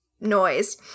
noise